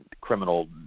criminal